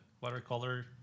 watercolor